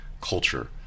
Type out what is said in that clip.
culture